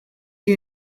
you